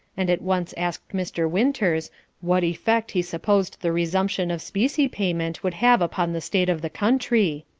and at once asked mr. winters what effect he supposed the resumption of specie payment would have upon the state of the country,